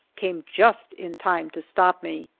came just in time to stop me.